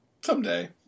Someday